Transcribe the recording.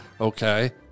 okay